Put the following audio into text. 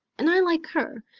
and i like her,